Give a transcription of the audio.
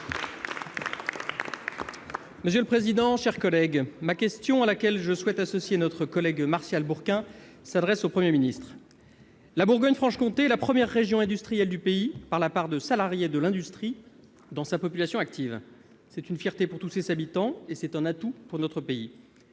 socialiste et républicain. Ma question, à laquelle je souhaite associer mon collègue Martial Bourquin, s'adresse au Premier ministre. La Bourgogne-Franche-Comté est la première région industrielle du pays au regard de la part des salariés de l'industrie dans la population active. C'est une fierté pour tous ses habitants et c'est un atout pour notre pays.